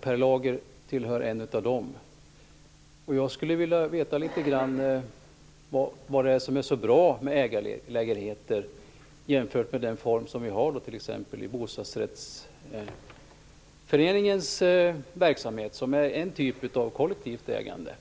Per Lager är en av dem som tagit upp den frågan. Jag skulle vilja höra litet grand om vad det är som är så bra med ägarlägenheter jämfört med t.ex. bostadsrättsföreningens verksamhet, som ju är en typ av kollektivt ägande.